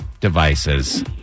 devices